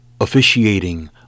officiating